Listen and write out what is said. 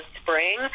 spring